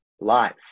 life